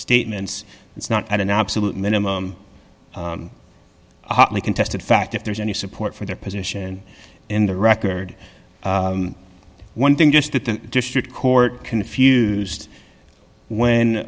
statements it's not an absolute minimum hotly contested fact if there's any support for their position in the record one thing just that the district court confused when